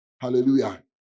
Hallelujah